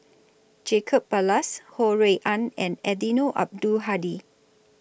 Jacob Ballas Ho Rui An and Eddino Abdul Hadi